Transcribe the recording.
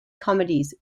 comedies